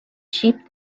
sheep